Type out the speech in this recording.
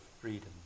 freedom